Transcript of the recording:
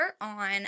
on